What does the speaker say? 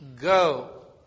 Go